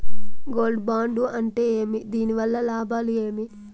Gold bond అంటే ఏమి? దీని వల్ల లాభాలు ఏమి?